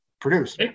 produce